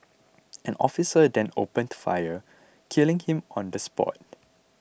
an officer then opened fire killing him on the spot